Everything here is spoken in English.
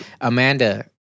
Amanda